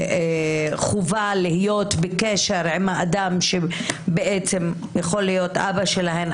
חובה להיות בקשר עם האדם שבעצם יכול להיות אבא שלהם,